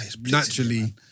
naturally